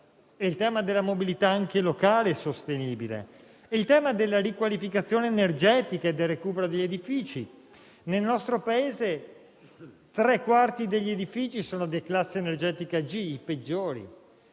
il tema della mobilità sostenibile, anche locale, e quello della riqualificazione energetica e del recupero degli edifici. Nel nostro Paese, tre quarti degli edifici sono di classe energetica G, cioè la peggiore.